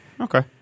Okay